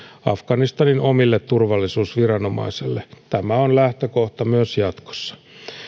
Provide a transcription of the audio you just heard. afganistanin omille turvallisuusviranomaisille tämä on lähtökohta myös jatkossa